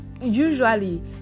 usually